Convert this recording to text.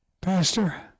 Pastor